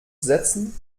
setzen